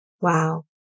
Wow